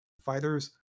fighters